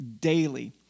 daily